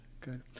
Good